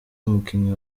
umukinnyi